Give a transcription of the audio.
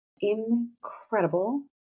incredible